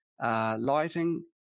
lighting